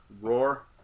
roar